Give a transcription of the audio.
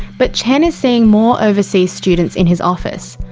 but chen is seeing more overseas students in his office.